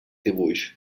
dibuix